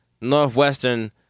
Northwestern